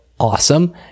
Awesome